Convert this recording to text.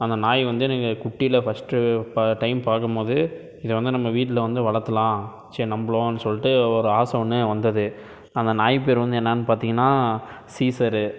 அந்த நாய் வந்து எனக்கு குட்டியில் ஃபஸ்ட்டு இப்போ டைம் பார்க்கும்மோது இதை வந்து நம்ம வீட்டில் வந்து வளர்த்துலாம் சரி நம்மளும் சொல்லிட்டு ஒரு ஆசை ஒன்று வந்தது அந்த நாய் பேர் வந்து என்னான்னு பார்த்திங்கன்னா சீஸரு